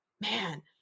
man